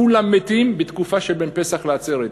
כולם מתים בתקופה שבין פסח לעצרת,